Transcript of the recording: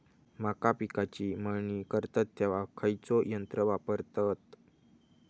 मका पिकाची मळणी करतत तेव्हा खैयचो यंत्र वापरतत?